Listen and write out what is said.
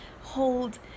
hold